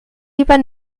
lieber